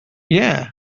yeah